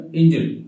injury